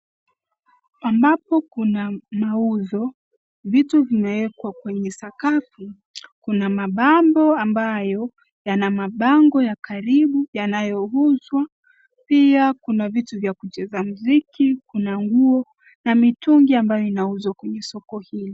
Ambapo kuna mauzo, vitu vimewekwa kwenye sakafu. Kuna mapambo ambayo yana mabango ya karibu yanayouzwa. Pia kuna vitu vya kucheza muziki, kuna nguo na mitungi ambayo inauzwa kwenye soko hili.